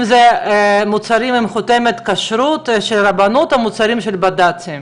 אם זה מוצרים עם חותמת כשרות של הרבנות או מוצרים של בד"צים,